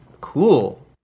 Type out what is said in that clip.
cool